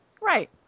Right